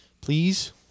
Please